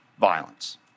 violence